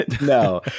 No